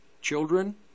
children